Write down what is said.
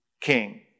king